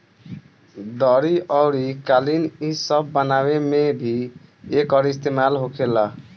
दरी अउरी कालीन इ सब बनावे मे भी एकर इस्तेमाल होखेला